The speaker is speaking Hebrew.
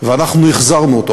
ואנחנו החזרנו אותו.